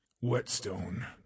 Whetstone